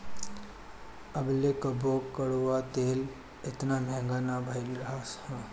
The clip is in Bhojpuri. अबले कबो कड़ुआ तेल एतना महंग ना भईल रहल हअ